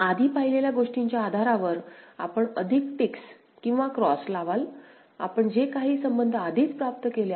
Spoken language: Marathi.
आधी पाहिलेल्या गोष्टींच्या आधारावर आपण अधिक टिक्स किंवा क्रॉस लावाल आपण जे काही संबंध आधीच प्राप्त केले आहेत